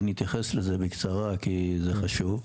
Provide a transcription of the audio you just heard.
ואני אתייחס לזה בקצרה כי זה חשוב.